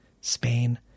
Spain